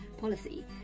policy